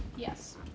Yes